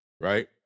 right